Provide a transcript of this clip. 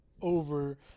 over